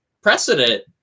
precedent